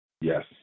Yes